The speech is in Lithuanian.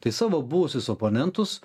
tai savo buvusius oponentus